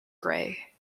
grey